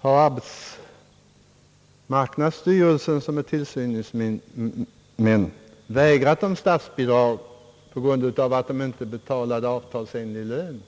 Arbetsmarknadsstyrelsen, som är tillsynsmyndighet, har när det gäller verkstaden i Malmö inte vägrat statsbidrag på grund av att verkstaden inte betalar avtalsenliga löner.